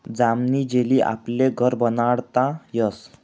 जामनी जेली आपले घर बनाडता यस